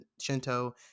Shinto